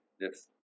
Yes